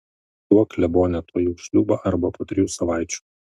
duok klebone tuojau šliūbą arba po trijų savaičių